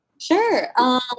Sure